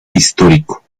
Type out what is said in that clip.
histórico